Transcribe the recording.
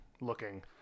looking